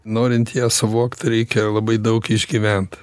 norint ją suvokt reikia labai daug išgyvent